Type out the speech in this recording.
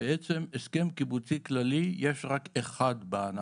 שבעצם הסכם קיבוצי כללי - יש רק אחד בענף.